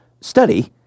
study